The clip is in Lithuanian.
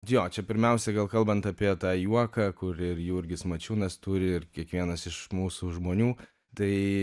jo čia pirmiausia gal kalbant apie tą juoką kur ir jurgis mačiūnas turi ir kiekvienas iš mūsų žmonių tai